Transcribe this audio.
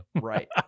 Right